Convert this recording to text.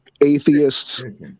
atheists